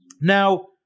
Now